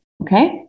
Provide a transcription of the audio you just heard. okay